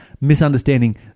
misunderstanding